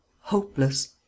hopeless